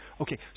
okay